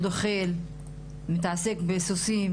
החברה שסובבת את הפוגעים הם גם סובלים מאלימות.